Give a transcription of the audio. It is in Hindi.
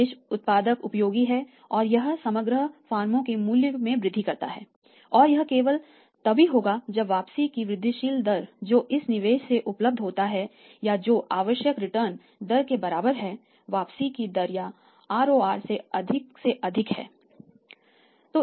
निवेश उत्पादक उपयोगी है और यह समग्र फर्मों के मूल्य में वृद्धि करता है और यह केवल तभी होगा जब वापसी की वृद्धिशील दर जो इस निवेश से उपलब्ध होता है या जो आवश्यक रिटर्न दर के बराबर है वापसी की दर या ROR से अधिक से अधिक है